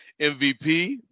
MVP